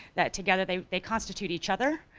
that together they they constitute each other,